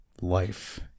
life